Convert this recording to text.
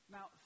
Now